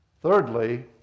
Thirdly